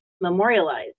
memorialized